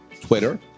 Twitter